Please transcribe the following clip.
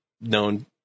known